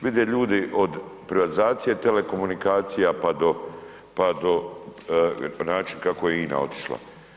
Vide ljudi od privatizacije telekomunikacija pa do, pa do način kako je INA otišla.